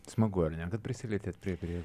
smagu ar ne kad prisilietėt prie prie